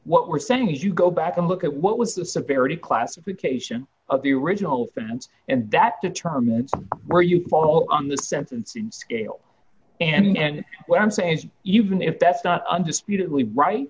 what we're saying is you go back and look at what was the severity classification of the original fans and that determines where you fall on the sentencing scale and what i'm saying even if that's not undisputedly right